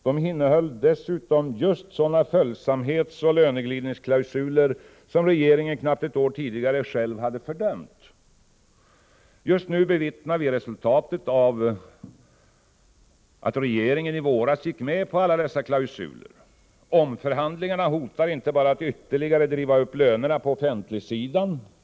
De innehöll dessutom just sådana följsamhetsoch löneglidningsklausuler som regeringen knappt ett år tidigare själv fördömt. Just nu bevittnar vi resultatet av att regeringen i våras gick med på alla dessa klausuler. Omförhandlingarna hotar inte bara att ytterligare driva upp lönerna på offentligsidan.